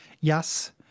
yes